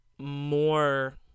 more